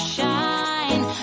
shine